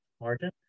margin